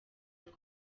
ngo